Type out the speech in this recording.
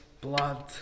blood